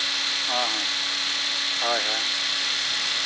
ᱦᱚᱸ ᱦᱚᱸ ᱦᱳᱭ ᱦᱳᱭ